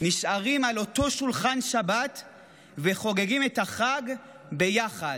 נשארים על אותו שולחן שבת וחוגגים את החג ביחד.